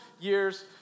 years